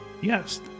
Yes